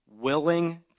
willing